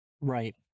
Right